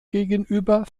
gegenüber